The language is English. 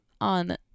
on